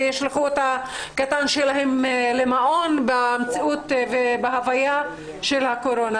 ישלחו את הקטן שלהם למעון במציאות ובהוויה של הקורונה.